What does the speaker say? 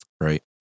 Right